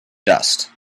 dust